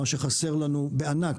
מה שחסר לנו בענק,